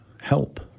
help